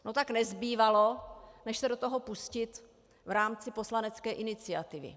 No tak nezbývalo než se do toho pustit v rámci poslanecké iniciativy.